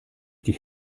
durch